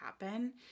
happen